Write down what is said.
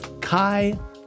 Kai